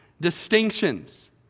distinctions